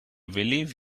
believe